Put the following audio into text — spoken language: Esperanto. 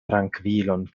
trankvilon